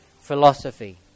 philosophy